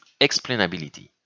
Explainability